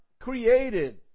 created